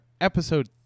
episode